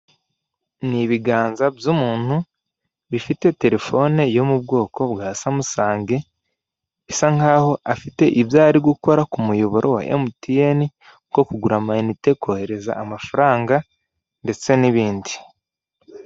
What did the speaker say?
Ni ibiganza by'umuntu bifite terefone yo mu bwoko bwa Samsung isa nkaho afite ibyo arigukora ku muyoboro wa MTN nko kohereza kugura amayinite amafaranga, ndetse n'ibindi.